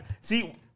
see